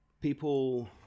people